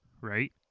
right